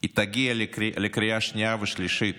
תגיע לקריאה שנייה ושלישית,